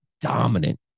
dominant